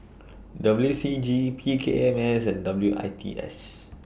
W C G P K M S and W I T S